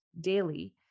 daily